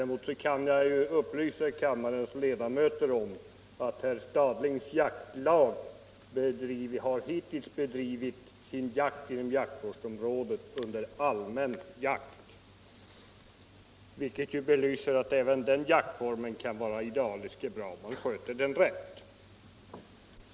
Däremot kan jag upplysa kammarens ledamöter om att herr Stadlings jaktlag hittills har bedrivit sin jakt inom jaktvårdsområdet under allmän jakt vilket belyser att även den jaktformen kan vara idealisk bara man sköter den rätt.